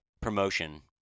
promotion